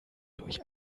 durch